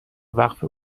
وقف